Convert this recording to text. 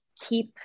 keep